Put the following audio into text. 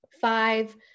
five